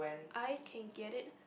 I can get it